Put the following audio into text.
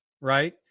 right